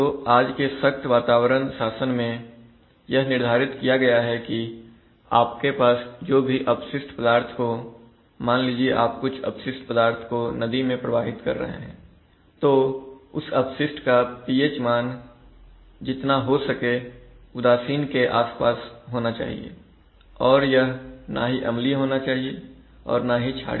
तो आज के सख्त वातावरण शासन में यह निर्धारित किया गया है कि आपके पास जो भी अपशिष्ट पदार्थ हो मान लीजिए आप कुछ अपशिष्ट पदार्थ को नदी में प्रवाहित कर रहे हैं तो उस अपशिष्ट का pH मान जितना हो सके उदासीन के आसपास होना चाहिए और यह ना ही अम्लीय होना चाहिए और ना ही क्षारीय